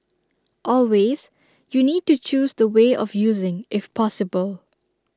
always you need to choose the way of using if possible